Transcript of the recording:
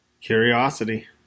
Curiosity